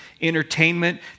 entertainment